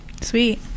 Sweet